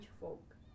folk